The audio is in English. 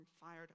fired